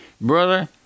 Brother